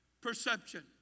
perception